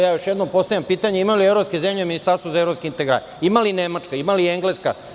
Još jednom postavljam pitanje – imaju li evropske zemlje Ministarstvo za evropske integracije, ima li Nemačka, ima li Engleska?